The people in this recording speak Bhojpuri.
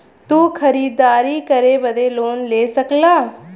तू खरीदारी करे बदे लोन ले सकला